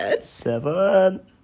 Seven